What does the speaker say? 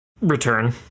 return